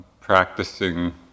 practicing